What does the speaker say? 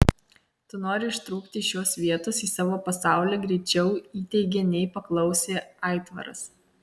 tu nori ištrūkti iš šios vietos į savo pasaulį greičiau įteigė nei paklausė aitvaras